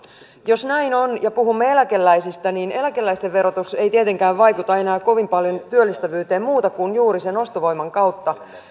jos näin on ja puhumme eläkeläisistä niin eläkeläisten verotus ei tietenkään vaikuta enää kovin paljon työllistävyyteen muuten kun juuri sen ostovoiman kautta